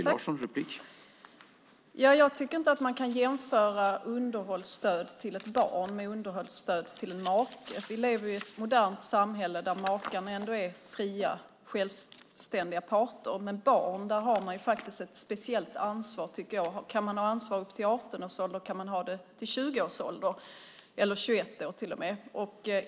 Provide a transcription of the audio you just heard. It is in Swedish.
Herr talman! Jag tycker inte att man kan jämföra underhållsstöd till ett barn med underhållsstöd till en make. Vi lever i ett modernt samhälle där makarna ändå är fria, självständiga parter. Men när det gäller barn har man faktiskt ett speciellt ansvar, tycker jag. Kan man ha ansvar upp till 18-årsåldern, kan man ha det till 20-årsåldern eller till och med tills barnet är 21 år.